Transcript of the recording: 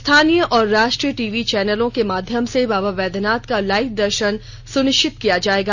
स्थानीय और राष्ट्रीय टीवी चैनलों के माध्यम से बाबा वैद्वनाथ का लाइव दर्शन सुनिश्चित किया जाएगा